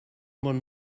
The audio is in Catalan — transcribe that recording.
món